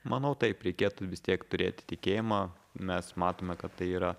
manau taip reikėtų vis tiek turėti tikėjimą mes matome kad tai yra